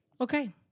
Okay